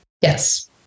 Yes